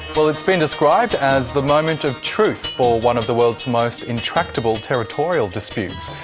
well, it's been described as the moment of truth for one of the world's most intractable territorial disputes.